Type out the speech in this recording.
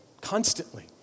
constantly